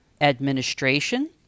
administration